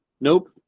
Nope